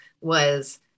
was-